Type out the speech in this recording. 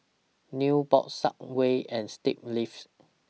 Nubox Subway and State Lives